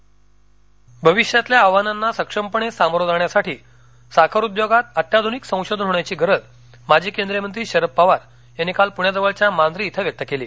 साखर परिषद भविष्यातल्या आव्हानांना सक्षमपणे सामोरं जाण्यासाठी साखर उद्योगात अत्याधूनिक संशोधन होण्याची गरज माजी केंद्रीय मंत्री शरद पवार यांनी काल पुण्याजवळच्या मांजरी इथं व्यक्त केलं